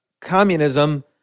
communism